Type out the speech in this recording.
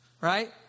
right